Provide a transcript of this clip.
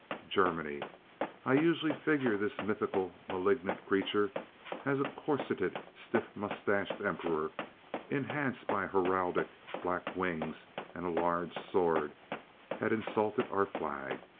germany i usually figured this mythical malignant creature as a corseted stiff-mustached emperor enhanced by heraldic black wings and a large sword had insulted our flag.